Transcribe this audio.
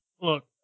look